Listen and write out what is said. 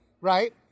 right